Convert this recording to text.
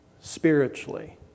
spiritually